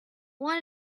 want